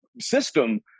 system